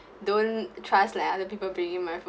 don't trust like other people bringing my food